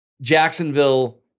Jacksonville